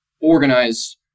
organize